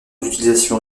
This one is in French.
d’utilisation